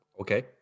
Okay